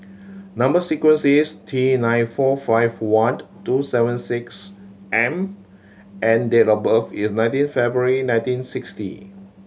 number sequence is T nine four five one two seven six M and date of birth is nineteen February nineteen sixty